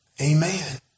Amen